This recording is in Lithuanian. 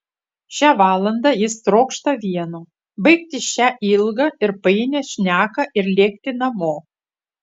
šią valandą jis trokšta vieno baigti šią ilgą ir painią šneką ir lėkti namo